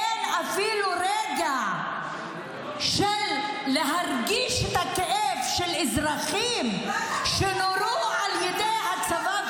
אין אפילו רגע של להרגיש את הכאב של אזרחים שנורו על ידי הצבא?